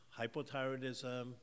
hypothyroidism